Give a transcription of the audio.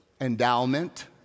endowment